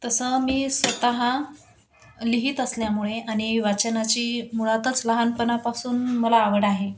तसं मी स्वतः लिहित असल्यामुळे आणि वाचनाची मुळातच लहानपणापासून मला आवड आहे